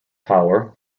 power